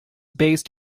based